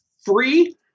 free